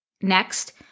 Next